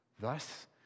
thus